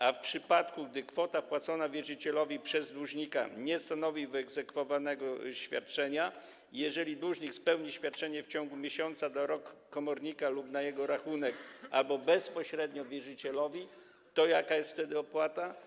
A w przypadku gdy kwota wpłacona wierzycielowi przez dłużnika nie stanowi wyegzekwowanego świadczenia, jeżeli dłużnik spełni świadczenie w ciągu miesiąca do rąk komornika lub na jego rachunek albo bezpośrednio wierzycielowi, to jaka jest wtedy opłata?